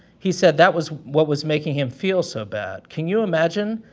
he said that was what was making him feel so bad. can you imagine?